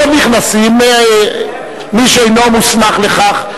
לא נכנסים, מי שאינו מוסמך לכך.